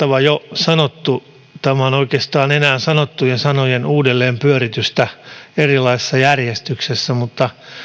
kaikki sanottava jo sanottu tämä on oikeastaan enää sanottujen sanojen uudelleen pyöritystä erilaisessa järjestyksessä mutta